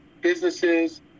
businesses